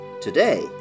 Today